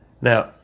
Now